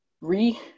re